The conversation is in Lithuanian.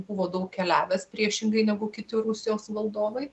buvo daug keliavęs priešingai negu kiti rusijos valdovai